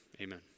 amen